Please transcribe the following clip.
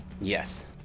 yes